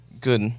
good